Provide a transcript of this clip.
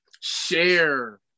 share